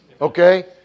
okay